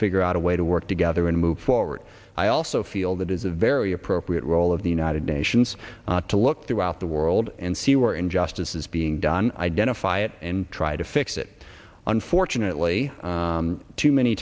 figure out a way to work together and move forward i also feel that is a very appropriate role of the united nations to look throughout the world and see where injustice is being done identify it and try to fix it unfortunately too many